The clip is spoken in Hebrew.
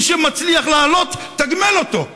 מי שמצליח להעלות, תגמל אותו,